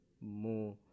more